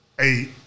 eight